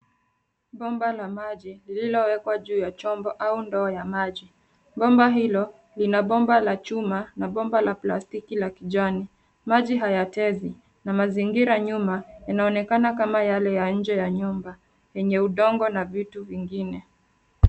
Bomba la maji lililowekwa juu ya chombo au ndoo ya maji. Bomba hilo lina bomba la chuma na bomba la plastiki la kijani. Maji hayategwi na mazingira nyuma inaonekana kama yale ya nje ya nyumba yenye udongo na vitu vingine.